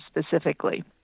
specifically